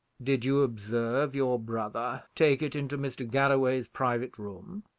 did you observe your brother take it into mr. galloway's private room?